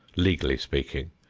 legally speaking,